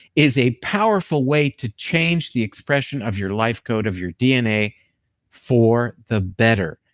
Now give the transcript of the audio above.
is a powerful way to change the expression of your life code, of your dna for the better,